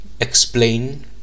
explain